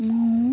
ମୁଁ